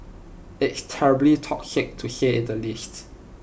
it's terribly toxic to say at the least